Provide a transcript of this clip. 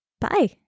bye